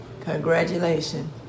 Congratulations